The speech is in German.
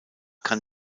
kann